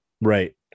Right